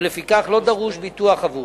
ולפיכך לא דרוש ביטוח עבורו.